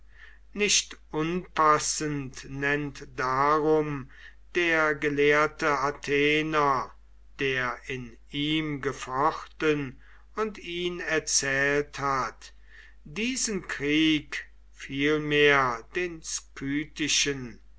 nicht unpassend nennt darum der gelehrte athener der in ihm gefochten und ihn erzählt hat diesen krieg vielmehr den skythischen